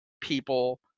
people